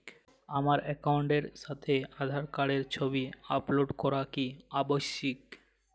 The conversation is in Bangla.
আমার অ্যাকাউন্টের সাথে আধার কার্ডের ছবি আপলোড করা কি আবশ্যিক?